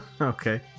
Okay